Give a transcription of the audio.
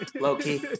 Loki